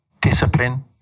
discipline